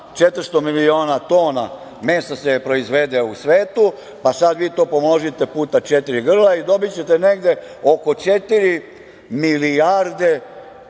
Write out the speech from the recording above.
400 miliona tona mesa se proizvede u svetu, pa sada vi to pomnožite puta četiri grla i dobićete negde oko četiri milijarde tona